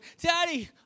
Daddy